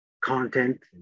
content